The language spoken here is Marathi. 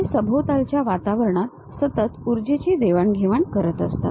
हे सभोवतालच्या वातावरणात सतत ऊर्जेची देवाणघेवाण करत असतात